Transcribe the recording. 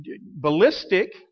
ballistic